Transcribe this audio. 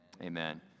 Amen